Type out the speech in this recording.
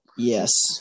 Yes